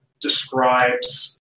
describes